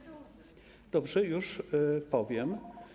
Dobrze, już powiem.